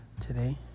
today